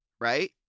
right